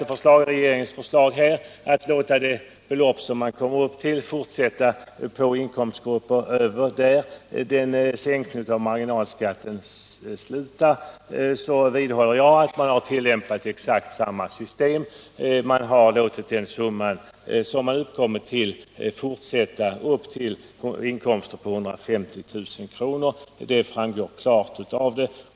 Beträffande regeringsförslaget att ta med inkomstgrupper över den nivå där sänkningen av marginalskatten slutar vidhåller jag att man har tilllämpat exakt samma system som tidigare.